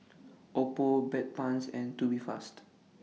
Oppo Bedpans and Tubifast